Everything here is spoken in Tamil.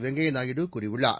வெங்கைய நாயுடு கூறியுள்ளார்